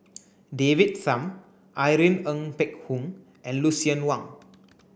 David Tham Irene Ng Phek Hoong and Lucien Wang